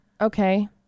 Okay